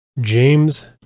James